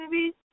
movies